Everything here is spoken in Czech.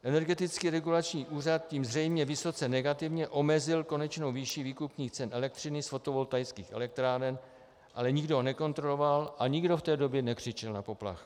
Energetický regulační úřad tím zřejmě vysoce negativně omezil konečnou výši výkupních cen elektřiny z fotovoltaických elektráren, ale nikdo ho nekontroloval a nikdo v té době nekřičel na poplach.